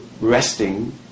resting